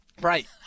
Right